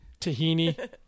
tahini